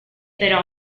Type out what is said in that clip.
però